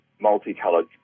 multicolored